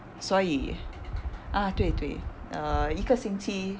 所以 ah 对对 uh 一个星期